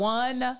one